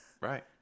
Right